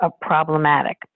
problematic